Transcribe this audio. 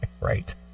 Right